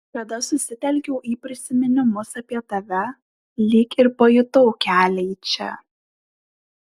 kada susitelkiau į prisiminimus apie tave lyg ir pajutau kelią į čia